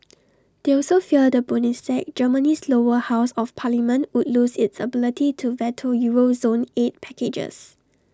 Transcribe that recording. they also fear the Bundestag Germany's lower house of parliament would lose its ability to veto euro zone aid packages